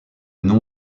nom